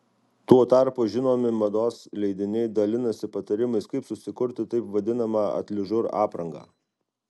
tuo tarpu žinomi mados leidiniai dalinasi patarimais kaip susikurti taip vadinamą atližur aprangą